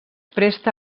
presta